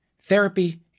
Therapy